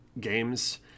games